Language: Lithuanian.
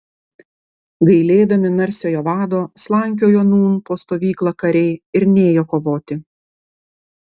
gailėdami narsiojo vado slankiojo nūn po stovyklą kariai ir nėjo kovoti